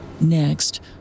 Next